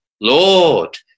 Lord